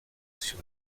sur